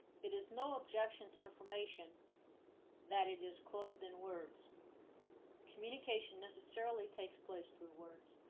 it is no objection to information that it is clothed in words communication necessarily takes place through words.